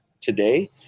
today